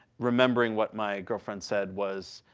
remembering what my girlfriend said was,